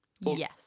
Yes